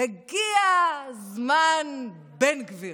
"הגיע זמן בן גביר",